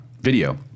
video